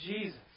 Jesus